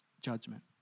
judgment